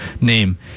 name